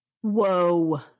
Whoa